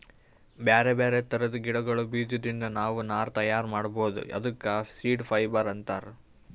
ಬ್ಯಾರೆ ಬ್ಯಾರೆ ಥರದ್ ಗಿಡಗಳ್ ಬೀಜದಿಂದ್ ನಾವ್ ನಾರ್ ತಯಾರ್ ಮಾಡ್ಬಹುದ್ ಅದಕ್ಕ ಸೀಡ್ ಫೈಬರ್ ಅಂತಾರ್